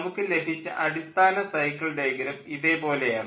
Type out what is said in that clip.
നമുക്കു ലഭിച്ച അടിസ്ഥാന സൈക്കിൾ ഡയഗ്രം ഇതേ പോലെ ആണ്